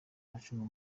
ucunga